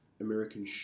American